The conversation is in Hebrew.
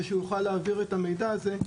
הוא יוכל להעביר את המידע הזה.